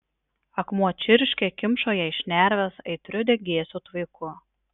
akmuo čirškė kimšo jai šnerves aitriu degėsių tvaiku